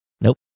Nope